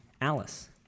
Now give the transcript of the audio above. Alice